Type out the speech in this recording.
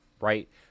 Right